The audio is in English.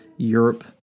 europe